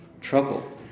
Trouble